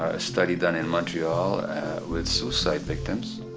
a study done in montreal with suicide victims